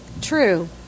true